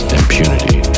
impunity